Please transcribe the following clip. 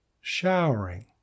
Showering